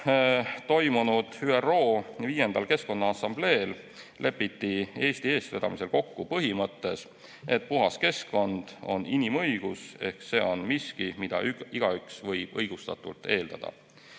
toimunud ÜRO viiendal keskkonnaassambleel lepiti Eesti eestvedamisel kokku põhimõttes, et puhas keskkond on inimõigus ehk see on miski, mida igaüks võib õigustatult eeldada.